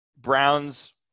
Browns